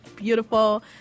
Beautiful